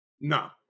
No